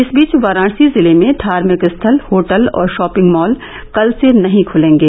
इस बीच वाराणसी जिले में धार्मिक स्थल होटल और शॉपिंग मॉल कल से नहीं खुलेंगे